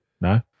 no